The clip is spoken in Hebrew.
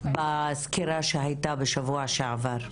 בסקירה שהייתה בשבוע שעבר.